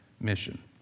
mission